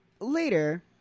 later